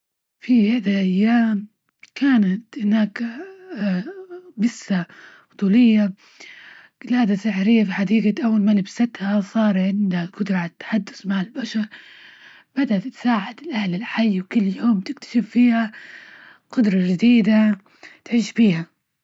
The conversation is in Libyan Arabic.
في هذا أيام كانت هناك بسة بطولية، جلادة سحرية في حديجة أول ما لبستها، صار عندها قدرة على التحدث مع البشر، بدها تتساعد الأهل الحي، وكل يوم تكتشف فيها قدرة جديدة تعيش بيها.